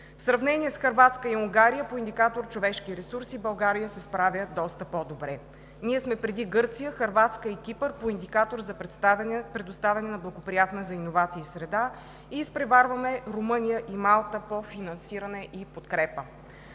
В сравнение с Хърватска и Унгария по индикатор „Човешки ресурси“ България се справя доста по-добре. Ние сме преди Гърция, Хърватска и Кипър по индикатор за предоставяне на благоприятна за иновации среда и изпреварваме Румъния и Малта по финансиране и подкрепа.